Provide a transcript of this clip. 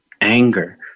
anger